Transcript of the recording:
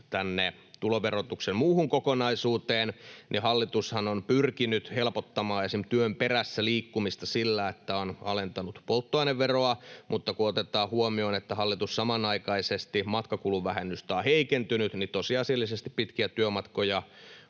tänne tuloverotuksen muuhun kokonaisuuteen, hallitushan on pyrkinyt helpottamaan esimerkiksi työn perässä liikkumista sillä, että on alentanut polttoaineveroa, mutta kun otetaan huomioon, että hallitus samanaikaisesti matkakuluvähennystä on heikentänyt, niin tosiasiallisesti pitkiä työmatkoja